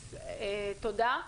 תודה.